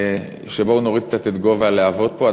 בואו נוריד את גובה הלהבות פה.